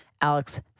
Alex